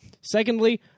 Secondly